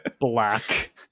black